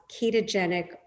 ketogenic